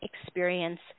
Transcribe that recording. experience